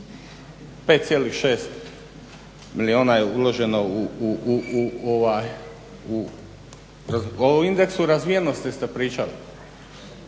58.6 milijuna je uloženo u, o indeksu razvijenosti ste pričali.